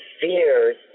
fears